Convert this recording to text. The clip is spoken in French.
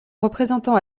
représentant